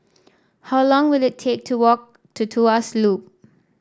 how long will it take to walk to Tuas Loop